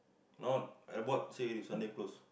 no airport say already Sunday close